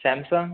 Samsung